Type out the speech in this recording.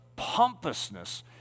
pompousness